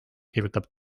kirjutab